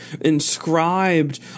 inscribed